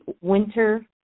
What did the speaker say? winter